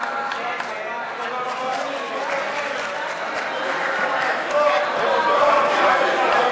חוק לתיקון פקודת בתי-הסוהר (מס' 48),